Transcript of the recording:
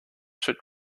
should